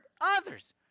others